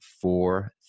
four